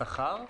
השכר?